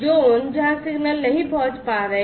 zone जहां signal नहीं पहुंच पा रहे हैं